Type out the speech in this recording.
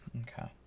okay